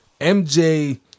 MJ